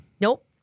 Nope